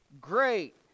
great